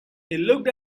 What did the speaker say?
looked